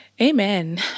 Amen